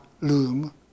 loom